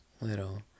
little